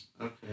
Okay